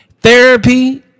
therapy